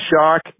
shock